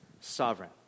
sovereign